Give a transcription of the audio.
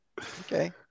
Okay